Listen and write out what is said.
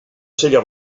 cella